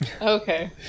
Okay